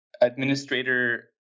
administrator